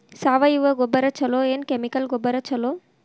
ಸಾವಯವ ಗೊಬ್ಬರ ಛಲೋ ಏನ್ ಕೆಮಿಕಲ್ ಗೊಬ್ಬರ ಛಲೋ?